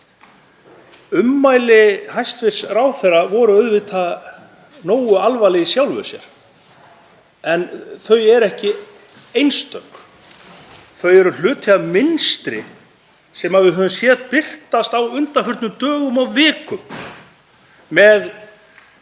Ummæli hæstv. ráðherra voru nógu alvarleg í sjálfu sér en þau eru ekki einstök. Þau eru hluti af mynstri sem við höfum séð birtast á undanförnum dögum og vikum með